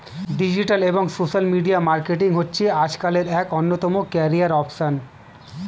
digital এবং social media marketing হচ্ছে আজকালের এক অন্যতম ক্যারিয়ার অপসন